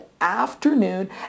afternoon